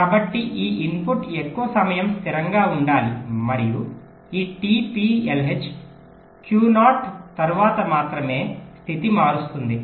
కాబట్టి ఈ ఇన్పుట్ ఎక్కువ సమయం స్థిరంగా ఉండాలి మరియు ఈ t p lh Q0 తర్వాత మాత్రమే స్థితి మారుస్తుంది